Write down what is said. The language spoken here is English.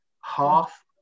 half